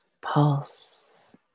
pulse